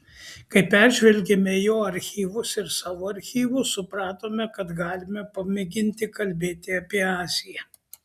kai peržvelgėme jo archyvus ir savo archyvus supratome kad galime pamėginti kalbėti apie aziją